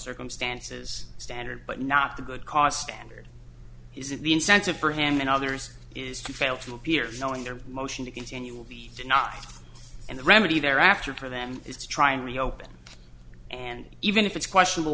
circumstances standard but not the good cost and or is it the incentive for him and others is to fail to appear knowing their motion to continue will be not and the remedy thereafter for them is to try and reopen and even if it's questionable